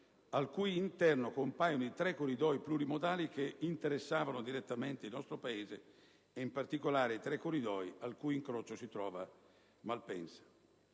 al cui interno compaiono i tre corridoi plurimodali che interessavano direttamente il nostro Paese ed in particolare i tre corridoi al cui incrocio si trova Malpensa.